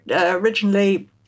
originally